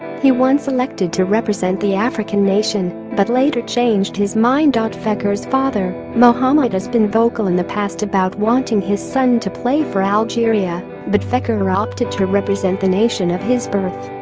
he once elected to represent the african nation but later changed his mind ah fekir's father mohamed has been vocal in the past about wanting his son to play for algeria but fekir opted to represent the nation of his birth